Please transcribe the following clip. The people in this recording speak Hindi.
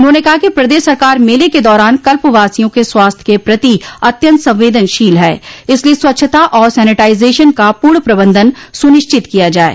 उन्होंने कहा कि प्रदेश सरकार मेले के दौरान कल्पवासियों के स्वास्थ्य के प्रति अत्यन्त संवेदनशील है इसलिये स्वच्छता और सैनिटाइजेशन का पूर्ण प्रबंधन सूनिश्चित किया जाये